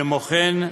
כמו כן,